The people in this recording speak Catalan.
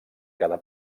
cada